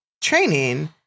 training